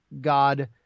God